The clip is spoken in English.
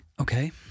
Okay